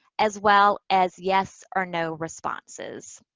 as well as yes or no responses.